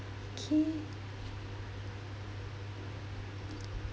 K